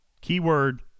Keyword